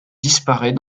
disparaît